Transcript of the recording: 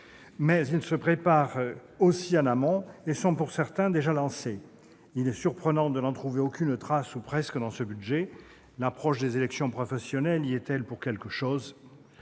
mais ils se préparent aussi en amont, et sont, pour certains, déjà lancés ; il est surprenant de n'en trouver aucune trace ou presque dans ce projet de budget. L'approche des élections professionnelles y est-elle pour quelque chose ?